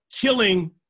killing